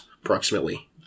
approximately